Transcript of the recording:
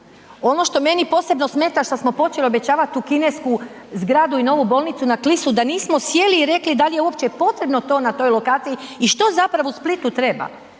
ono što meni posebno smeta šta smo počeli obećavat tu kinesku zgradu i novu bolnicu na Klisu da nismo sjeli i rekli dal je uopće potrebno to na toj lokaciji i što zapravo u Splitu treba?